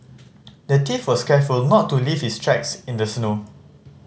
the thief was careful not to leave his tracks in the snow